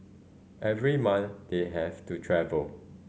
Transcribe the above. every month they have to travel